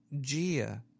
Gia